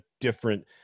different